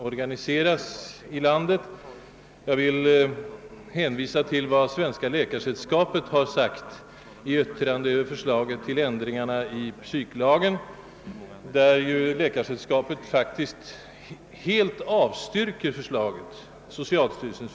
Jag vill som motiv för mina förbehåll hänvisa till att t.ex. Svenska läkaresällskapet i sitt yttrande över socialstyrelsens förslag till ändring av lagen om beredande av sluten psykiatrisk vård faktiskt helt avstyrker detta förslag. Herr talman!